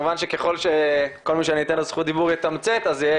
אני רוצה להגיד